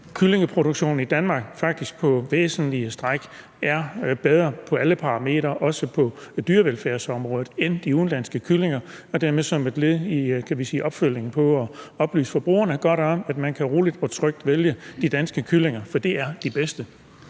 kyllingeproduktionen i Danmark faktisk på væsentlige stræk er bedre på alle parametre, også på dyrevelfærdsområdet, end de udenlandske kyllinger? Dermed kunne det være et led i opfølgningen at oplyse forbrugerne godt om, at man roligt og trygt kan vælge de danske kyllinger, for de er de bedste.